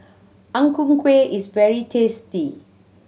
Ang Ku Kueh is very tasty